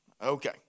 Okay